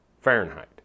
Fahrenheit